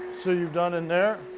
so you've done in there?